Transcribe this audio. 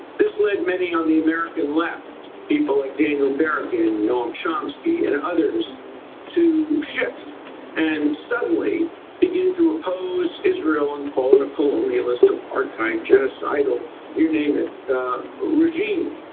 this led many on the american left. people like daniel berrigan noam chomsky and others to shift and suddenly begin to oppose israel and it a colonialist apartheid genocidal you name it regime.